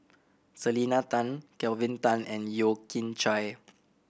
Selena Tan Kelvin Tan and Yeo Kian Chye